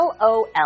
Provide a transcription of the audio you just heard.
LOL